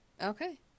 Okay